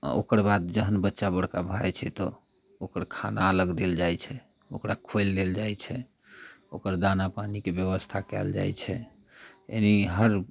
से ओकर बाद जहन बच्चा बड़का भऽ जाइत छै तऽ ओकर खाना अलग देल जाइत छै ओकरा खोलि देल जाइत छै ओकर दानापानीके व्यवस्था कयल जाइत छै यानी हर